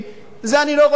תבין, זו חקיקה.